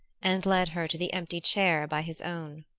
and led her to the empty chair by his own.